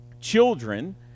Children